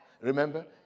Remember